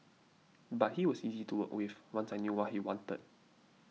but he was easy to work with once I knew what he wanted